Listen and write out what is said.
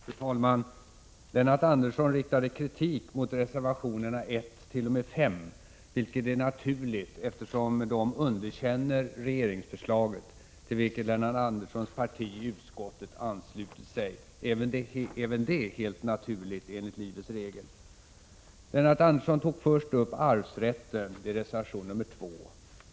Fru talman! Lennart Andersson riktade kritik mot reservationerna 1—5. Det är naturligt, eftersom reservanterna där underkänner regeringsförslaget, till vilket Lennart Anderssons parti i utskottet har anslutit sig — även det är helt naturligt, enligt livets regler. Lennart Andersson tog först upp arvsrätten, som berörs i reservation 2.